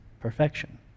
perfection